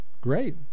Great